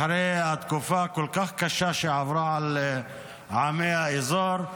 אחרי התקופה הכל-כך קשה שעברה על עמי האזור,